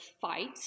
fight